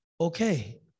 Okay